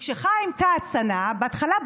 כשחיים כץ ענה בהתחלה,